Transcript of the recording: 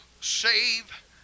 save